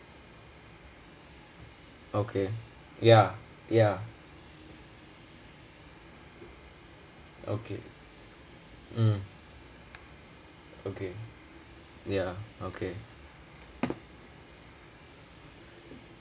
okay ya ya okay mm okay ya okay